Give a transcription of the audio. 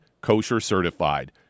kosher-certified